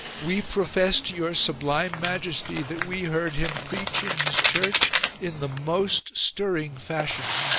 we profess to your sublime majesty that we heard him preach in his church in the most stirring fashion.